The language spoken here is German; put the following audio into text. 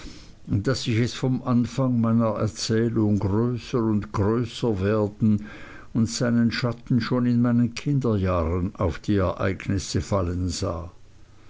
daß ich es vom anfang meiner erzählung größer und größer werden und seinen schatten schon in meinen kinderjahren auf die ereignisse fallen sah